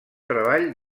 treball